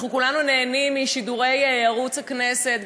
אנחנו כולנו נהנים משידורי ערוץ הכנסת.